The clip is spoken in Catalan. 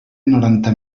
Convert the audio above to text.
noranta